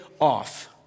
off